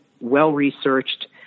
well-researched